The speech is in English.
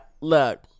Look